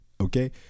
okay